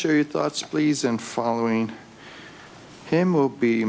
share your thoughts please and following him will be